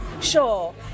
Sure